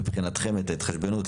מבחינתכם את ההתחשבנות,